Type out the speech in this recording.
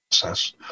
process